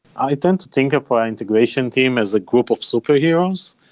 i tend to think of our integration team as a group of superheroes.